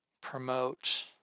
promote